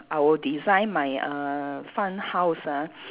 I will design my err fun house ah